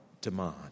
demand